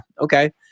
okay